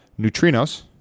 neutrinos